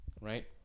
Right